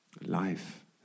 life